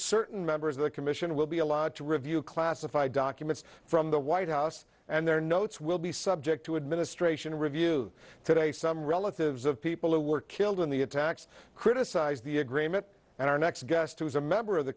certain members of the commission will be allowed to review classified documents from the white house and their notes will be subject to administration review today some relatives of people who were killed in the attacks criticized the agreement and our next guest who is a member of the